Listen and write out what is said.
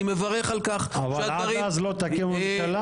אני מברך על כך שהדברים --- אבל עד אז לא תקימו ממשלה,